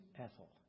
Ethel